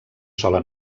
sola